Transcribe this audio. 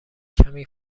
کمی